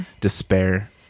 despair